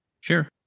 sure